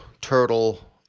turtle